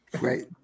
Right